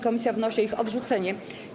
Komisja wnosi o ich odrzucenie.